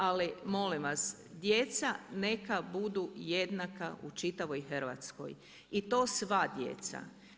Ali molim vas, djeca neka budu jednaka u čitavoj Hrvatskoj i to sva djeca.